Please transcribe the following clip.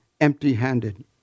empty-handed